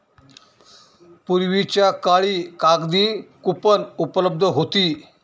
पूर्वीच्या काळी कागदी कूपन उपलब्ध होती